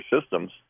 systems